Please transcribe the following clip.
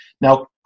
Now